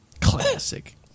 Classic